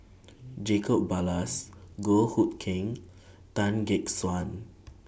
Jacob Ballas Goh Hood Keng Tan Gek Suan